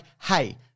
hey